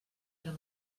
eren